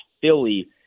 Philly